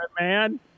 man